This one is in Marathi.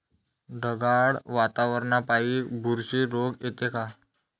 ढगाळ वातावरनापाई बुरशी रोग येते का?